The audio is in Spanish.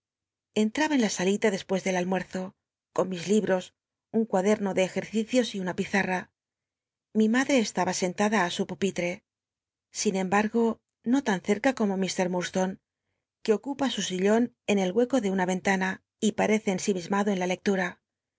entraba en la salita despues del almuerzo con mis libros un cuaderno de cjci'cicios y una piza na mi madre esta ha senlada í su pupilt'l i n mh ugo no tan cci'ca como mr lurd lonc que ocupa su sillon en el hueco de una yen lana y parece ensimismado en la lccttna